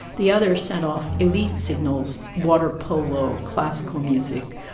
the other set off elite signals water polo, classical music.